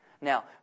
Now